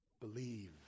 believe